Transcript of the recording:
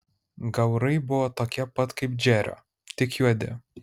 gaurai buvo tokie pat kaip džerio tik juodi